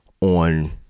on